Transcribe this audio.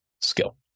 skill